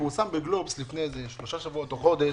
פורסם בגלובס לפני שלושה שבועות או חודש,